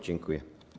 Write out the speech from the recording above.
Dziękuję.